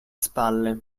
spalle